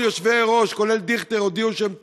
כל יושבי-הראש, כולל דיכטר, הודיעו שהם תומכים,